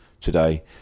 today